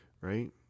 Right